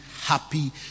happy